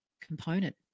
component